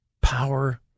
power